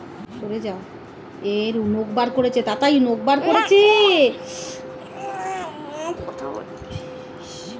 Bed planting বা bed নালা কি?